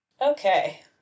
Okay